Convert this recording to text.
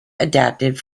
adapted